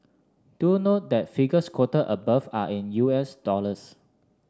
do note that figures quoted above are in U S dollars